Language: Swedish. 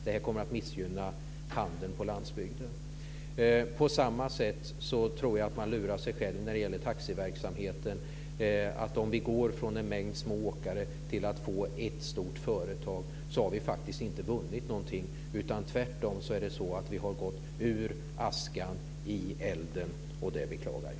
Det kommer att missgynna handeln på landsbygden. På samma sätt tror jag att man lurar sig själv med taxiverksamheten. Om vi går från en mängd smååkare till att få ett stort företag har vi faktiskt inte vunnit någonting. Tvärtom har vi gått ur askan i elden. Det beklagar jag.